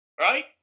Right